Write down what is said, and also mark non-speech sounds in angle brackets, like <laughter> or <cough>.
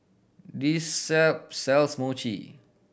this s <unintelligible> sells Mochi